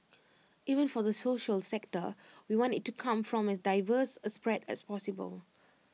even for the social sector we want IT to come from as diverse A spread as possible